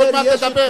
אתה עוד מעט תדבר.